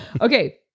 okay